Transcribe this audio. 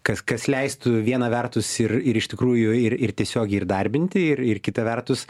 kas kas leistų viena vertus ir ir iš tikrųjų ir ir tiesiogiai ir darbinti ir ir kita vertus